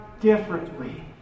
differently